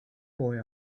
boy